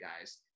guys